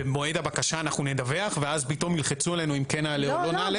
במועד הבקשה אנחנו נדווח ואז פתאום ילחצו עלינו אם כן נעלה או לא נעלה,